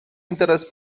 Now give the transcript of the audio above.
interes